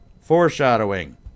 Foreshadowing